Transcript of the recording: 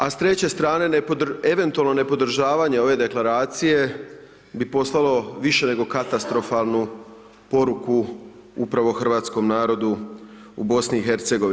A s 3 strane, eventualno ne podržavanje ove deklaracije, bi poslalo više nego katastrofalno poruku upravo hrvatskom narodu u BIH.